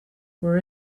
for